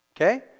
Okay